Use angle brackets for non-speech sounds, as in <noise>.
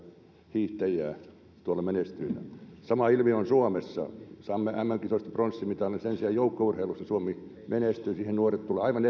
hiihtäjiä tuolla menestyjinä sama ilmiö on suomessa saamme mm kisoista pronssimitalin mutta sen sijaan joukkueurheilussa suomi menestyy siihen nuoret tulevat aivan <unintelligible>